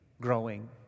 growing